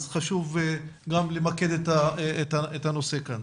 אז חשוב גם למקד את הנושא כאן.